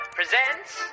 presents